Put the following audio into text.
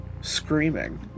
screaming